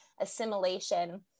assimilation